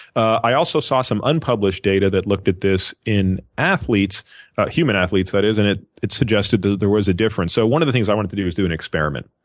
i also saw some unpublished data that looked at this in athletes human athletes that is and it it suggested that there was a difference. so one of the things i wanted to do is do an experiment,